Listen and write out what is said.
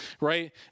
right